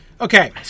Okay